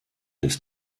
des